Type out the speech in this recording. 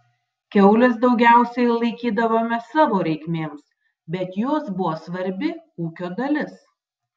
kiaules daugiausiai laikydavome savo reikmėms bet jos buvo svarbi ūkio dalis